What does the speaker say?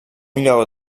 lleó